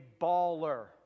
baller